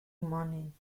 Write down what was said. morning